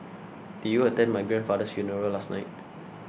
did you attend my grandfather's funeral last night